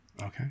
okay